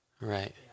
Right